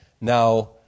Now